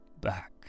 back